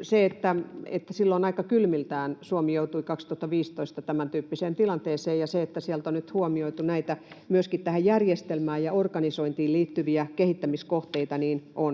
Silloin 2015 aika kylmiltään Suomi joutui tämäntyyppiseen tilanteeseen, ja se, että sieltä on nyt huomioitu näitä myöskin tähän järjestelmään ja organisointiin liittyviä kehittämiskohteita, on